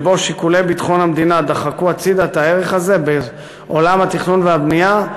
שבו שיקולי ביטחון המדינה דחקו הצדה את הערך הזה בעולם התכנון והבנייה,